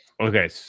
Okay